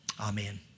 Amen